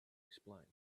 explain